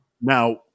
Now